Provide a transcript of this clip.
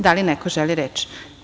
Da li neko želi reč?